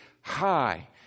high